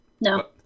No